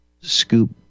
scoop